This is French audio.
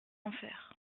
enfer